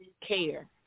care